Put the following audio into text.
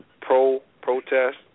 pro-protest